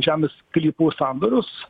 žemės sklypų sandorius